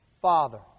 Father